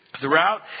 throughout